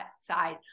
side